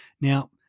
Now